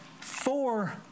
four